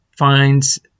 finds